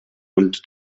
und